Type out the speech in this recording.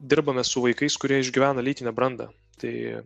dirbame su vaikais kurie išgyvena lytinę brandą tai